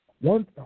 One